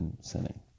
sinning